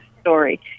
story